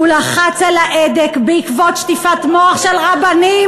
הוא לחץ על ההדק בעקבות שטיפת מוח של רבנים.